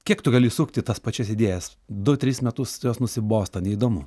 kiek tu gali sukti tas pačias idėjas du tris metus jos nusibosta neįdomu